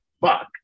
fuck